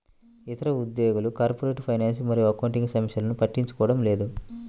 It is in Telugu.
ఇతర ఉద్యోగులు కార్పొరేట్ ఫైనాన్స్ మరియు అకౌంటింగ్ సమస్యలను పట్టించుకోవడం లేదు